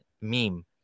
meme